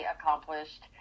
accomplished